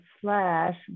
slash